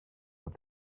what